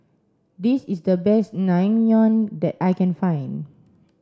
this is the best Naengmyeon that I can find